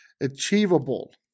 achievable